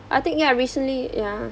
I think ya recently ya